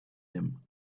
him